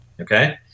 okay